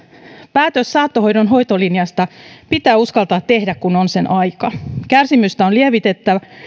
päätös saattohoidon hoitolinjasta pitää uskaltaa tehdä kun on sen aika kärsimystä on lievitettävä